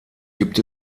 gibt